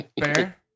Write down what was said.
fair